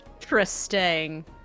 interesting